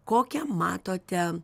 kokią matote